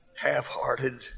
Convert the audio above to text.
half-hearted